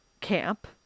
camp